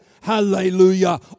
hallelujah